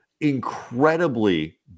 incredibly